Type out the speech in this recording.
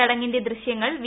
ചടങ്ങിന്റെ ദൃശ്യങ്ങൾ വി